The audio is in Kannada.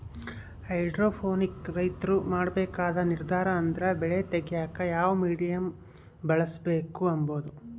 ಹೈಡ್ರೋಪೋನಿಕ್ ರೈತ್ರು ಮಾಡ್ಬೇಕಾದ ನಿರ್ದಾರ ಅಂದ್ರ ಬೆಳೆ ತೆಗ್ಯೇಕ ಯಾವ ಮೀಡಿಯಮ್ ಬಳುಸ್ಬಕು ಅಂಬದು